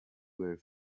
were